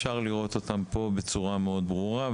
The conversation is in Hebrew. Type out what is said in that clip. אפשר לראות אותם פה בצורה מאוד ברורה,